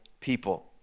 people